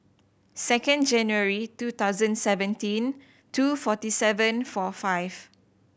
second January two thousand seventeen two forty seven four five